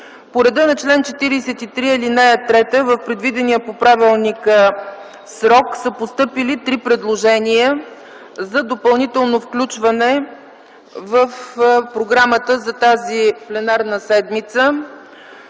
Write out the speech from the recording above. По реда на чл. 43, ал. 3 в предвидения по правилника срок са постъпили три предложения за допълнително включване в програмата за тази пленарна седмица.